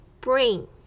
Bring